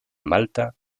malta